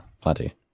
Plenty